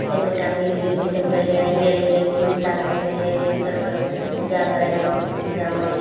सबगोटा मिल जुलिकऽ चलबय हे गीत नाद होतय हे ई करबय पूजा करयमे पूजामे